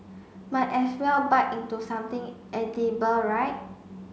might as well bite into something edible right